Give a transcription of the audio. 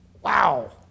Wow